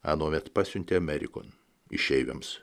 anuomet pasiuntė amerikon išeiviams